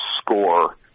score